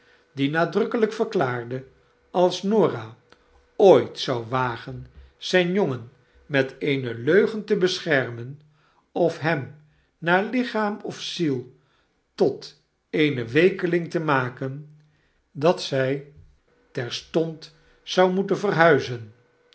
die nadrukkelyk verklaarde als norah ooit zou wagen zyn jongen met eene leugen te beschermen of hem naar lichaam of ziel tot een weekeling te maken dat zy terstond zou moeten verhuizen